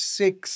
six